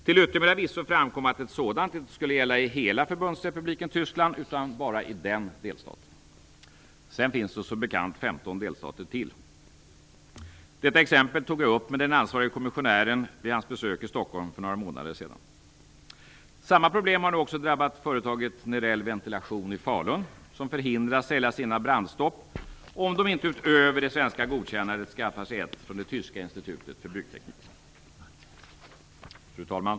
Till yttermera visso framkom att ett sådant inte skulle gälla i hela Förbundsrepubliken Tyskland utan bara i delstaten. Sedan finns det som bekant 15 delstater till. Detta exempel tog jag upp med den ansvarige kommissionären vid hans besök i Stockholm för några månader sedan. Samma problem har nu också drabbat företaget Nerell Ventilation i Falun som förhindras sälja sina brandstopp om det inte utöver det svenska godkännandet skaffar sig ett från det tyska institutet för byggteknik.